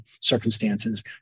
circumstances